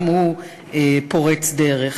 גם הוא פורץ דרך.